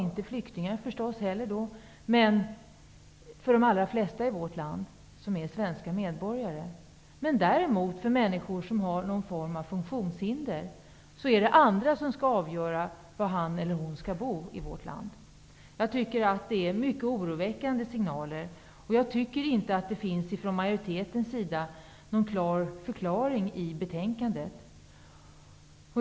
Det gäller ju förstås inte flyktingar, men för de allra flesta i vårt land som är svenska medborgare. För människor som har någon form av funktionshinder är det däremot andra som skall avgöra var han eller hon skall bo i vårt land. Detta är mycket oroväckande signaler. Det finns ingen förklaring från majoriteten i betänkandet.